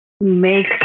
Make